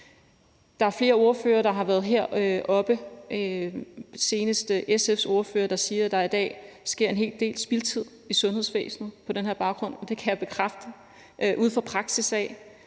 senest SF's ordfører, der har været heroppe og sige, at der i dag sker en hel del spildtid i sundhedsvæsenet på den her baggrund. Det kan jeg bekræfte ud fra praksis.